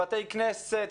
בתי כנסת,